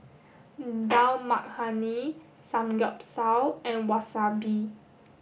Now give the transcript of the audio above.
Dal Makhani Samgeyopsal and Wasabi